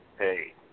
hey